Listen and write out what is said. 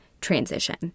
transition